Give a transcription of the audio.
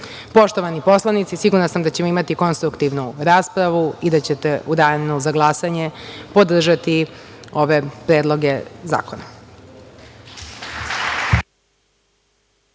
garancije. Poštovani poslanici, sigurna sam da ćemo imati konstruktivnu raspravu i da ćete u danu za glasanje podržati ove predloge zakona.